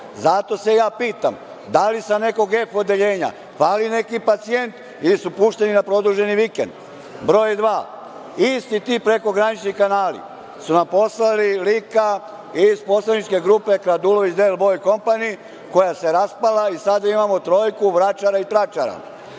Zato se ja pitam da li sa nekog F odeljenja fali neki pacijent ili su pušteni na produženi vikend? Broj dva. Isti ti prekogranični kanali su nam poslali lika iz poslaničke grupe Radulović Del Boj kompani koja se raspala i sada imamo trojku vračara i tračara.